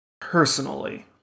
personally